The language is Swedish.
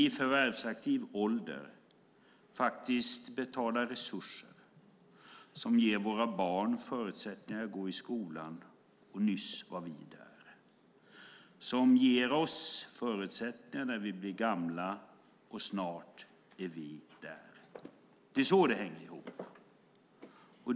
I förvärvsaktiv ålder betalar vi resurser som ger våra barn förutsättningar att gå i skolan, och nyss var vi där, och ger oss förutsättningar när vi blir gamla, och snart är vi där. Det är så det hänger ihop.